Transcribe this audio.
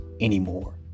anymore